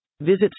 Visit